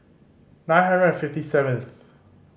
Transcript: nine hundred and fifty seventh